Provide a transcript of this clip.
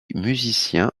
musicien